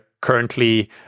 currently